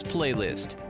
Playlist